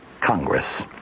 Congress